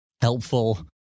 Helpful